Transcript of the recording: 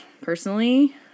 personally